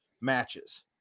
matches